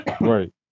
right